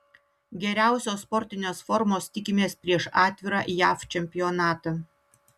geriausios sportinės formos tikimės prieš atvirą jav čempionatą